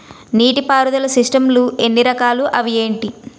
నీటిపారుదల సిస్టమ్ లు ఎన్ని రకాలు? అవి ఏంటి?